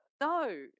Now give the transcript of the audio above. no